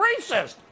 racist